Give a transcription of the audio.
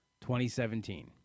2017